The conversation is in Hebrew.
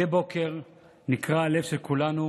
מדי בוקר נקרע הלב של כולנו